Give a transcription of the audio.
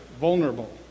vulnerable